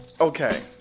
okay